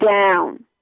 down